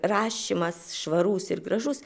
rašymas švarus ir gražus